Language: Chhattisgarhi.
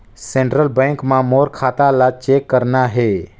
सेंट्रल बैंक मां मोर खाता ला चेक करना हे?